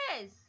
yes